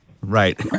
Right